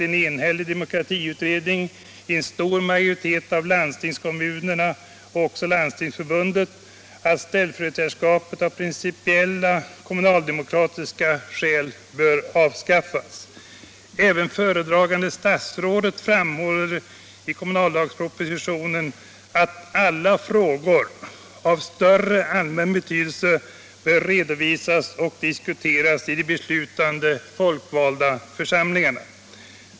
en enhällig demokratiutredning, en stor majoritet av lands tingskommunerna och också Landstingsförbundet — att ställföreträdarskapet av principiella kommunaldemokratiska skäl bör avskaffas. Även föredragande statsrådet framhåller i kommunallagspropositionen att alla frågor av större allmän betydelse bör redovisas och diskuteras i de beslutande folkvalda församlingarna.